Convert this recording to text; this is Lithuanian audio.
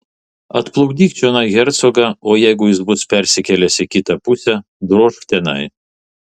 atplukdyk čionai hercogą o jeigu jis bus persikėlęs į kitą pusę drožk tenai